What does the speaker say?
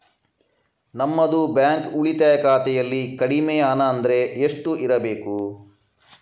ನಮ್ಮದು ಬ್ಯಾಂಕ್ ಉಳಿತಾಯ ಖಾತೆಯಲ್ಲಿ ಕಡಿಮೆ ಹಣ ಅಂದ್ರೆ ಎಷ್ಟು ಇರಬೇಕು?